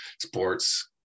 sports